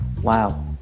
Wow